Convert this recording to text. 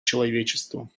человечеству